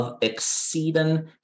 Exceeding